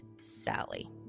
sally